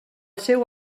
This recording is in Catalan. seu